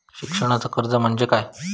शिक्षणाचा कर्ज म्हणजे काय असा?